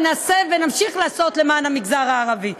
ונמשיך לעשות למען המגזר הערבי.